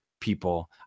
People